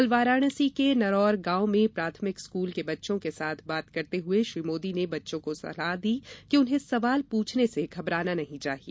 कल वाराणसी के नरौर गॉव में प्राथमिक स्कूल के बच्चों के साथ बात करते हुए श्री मोदी ने बच्चों को सलाह दी कि उन्हें सवाल पूछने से घबराना नहीं चाहिए